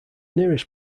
nearest